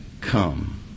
come